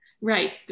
Right